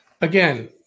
Again